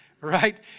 right